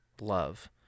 love